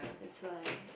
that's why